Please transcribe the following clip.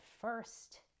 first